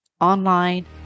online